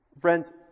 Friends